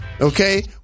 okay